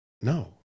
no